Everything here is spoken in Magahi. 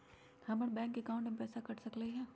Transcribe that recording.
हमर बैंक अकाउंट से पैसा कट सकलइ ह?